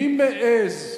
מי מעז,